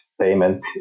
payment